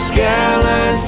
Skyline